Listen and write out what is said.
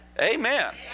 Amen